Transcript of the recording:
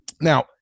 Now